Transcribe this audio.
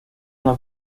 una